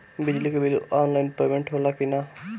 बिजली के bill online payment होला कि ना?